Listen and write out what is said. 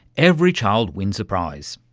every child wins a prize,